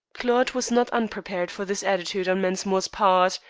claude was not unprepared for this attitude on mensmore's part.